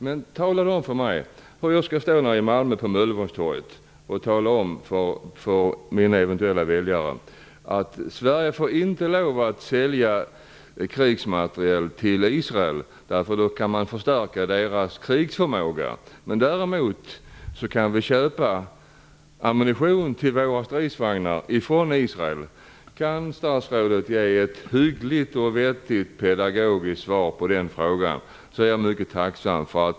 Men tala då om för mig hur jag skall kunna stå på Möllevångstorget i Malmö och tala om för mina eventuella väljare att Sverige inte får lov att sälja krigsmateriel till Israel, eftersom man då kan förstärka Israels krigsförmåga. Däremot kan vi köpa ammunition till våra stridsvagnar från Israel. Kan statsrådet ge ett hyggligt och vettigt pedagogiskt svar på min fråga är jag mycket tacksam.